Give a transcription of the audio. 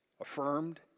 Affirmed